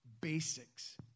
basics